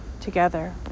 together